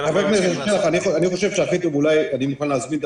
חבר הכנסת שלח, אני מוכן להסביר את